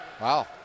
Wow